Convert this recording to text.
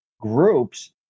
groups